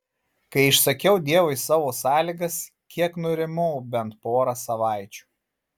kai išsakiau dievui savo sąlygas kiek nurimau bent porą savaičių